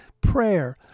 prayer